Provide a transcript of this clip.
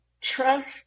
trust